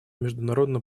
международно